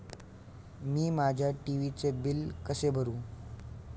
मी माझ्या टी.व्ही चे बिल कसे भरू?